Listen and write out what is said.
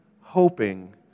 hoping